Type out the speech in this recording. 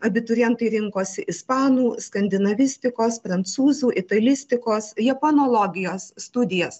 abiturientai rinkosi ispanų skandinavistikos prancūzų italistikos japonologijos studijas